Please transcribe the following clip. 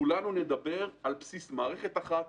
כולנו נדבר על בסיס מערכת אחת,